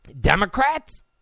Democrats